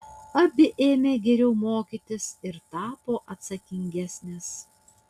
abi ėmė geriau mokytis ir tapo atsakingesnės